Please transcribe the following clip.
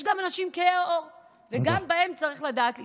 יש גם אנשים כהי עור, וגם בהם צריך לדעת להתחשב.